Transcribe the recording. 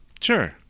Sure